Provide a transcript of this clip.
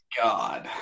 god